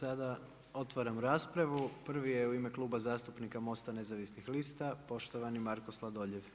Sada otvaram raspravu, prvi je u ime Kluba zastupnika MOST-a nezavisnih lista, poštovani Marko Sladoljev.